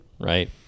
Right